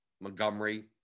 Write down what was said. Montgomery